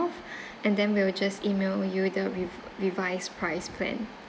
and then we'll just email you the rev~ revised price plan